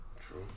True